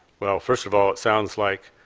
well, first of all, it sounds like